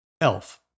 Elf